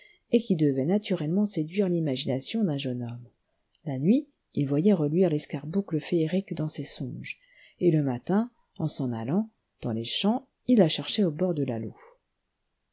et qui devaient naturellement séduire l'imagination d'un jeune homme la nuit il voyait reluire l'escarboucle féerique dans ses songes et le matin en s'en allant dans les champs il la cherchait au bord de la